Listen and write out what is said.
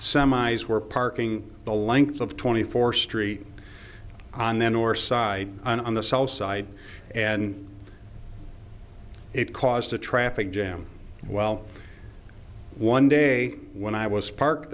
semis were parking the length of twenty four street on then or side on the south side and it caused a traffic jam well one day when i was parked